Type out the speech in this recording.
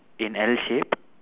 in L shape